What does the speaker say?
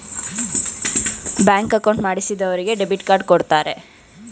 bank account ಮಾಡಿಸಿದರಿಗೆ debit card ಕೊಡ್ತಾರೆ